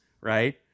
right